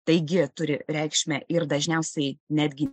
taigi turi reikšmę ir dažniausiai netgi